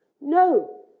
No